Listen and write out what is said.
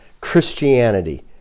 Christianity